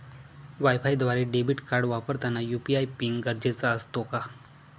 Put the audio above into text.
वायफायद्वारे debit card वापरताना UPI PIN गरजेचा असतो का?